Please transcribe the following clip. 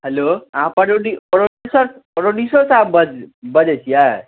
hello अहाँ प्रोड्यू producer producer साहब बज बजै छिए